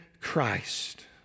Christ